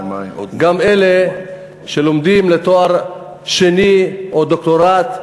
גם אלה שלומדים לתואר שני או דוקטורט,